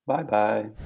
Bye-bye